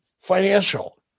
financial